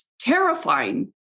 terrifying